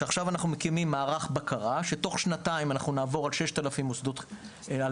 ועכשיו אנחנו מקימים מערך בקרה שבתוך שנתיים נעבור על 6,000 מעונות,